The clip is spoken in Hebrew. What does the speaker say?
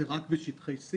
זה רק בשטחי C